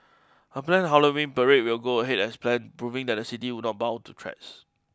a planned Halloween parade will go ahead as planned proving that the city would not bow to threats